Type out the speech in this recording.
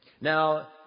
Now